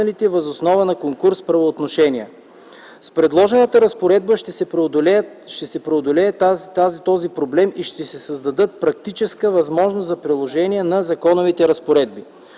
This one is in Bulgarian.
въз основа на конкурс правоотношения. С предложената разпоредба ще се преодолеят тези проблеми и ще се създаде практическа възможност за приложение на законовите разпоредби.